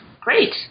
Great